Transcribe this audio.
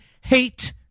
hate